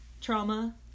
trauma